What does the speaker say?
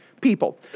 people